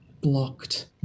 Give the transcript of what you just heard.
blocked